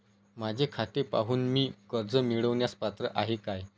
माझे खाते पाहून मी कर्ज मिळवण्यास पात्र आहे काय?